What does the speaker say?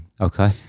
okay